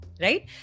right